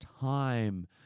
time